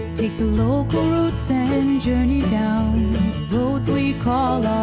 take the local routes and and journey down the roads we call